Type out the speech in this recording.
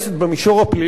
במישור הפלילי,